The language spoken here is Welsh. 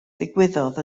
ddigwyddodd